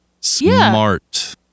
Smart